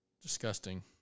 disgusting